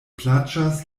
plaĉas